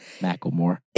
Macklemore